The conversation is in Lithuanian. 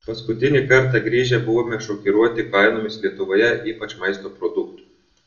paskutinį kartą grįžę buvome šokiruoti kainomis lietuvoje ypač maisto produktų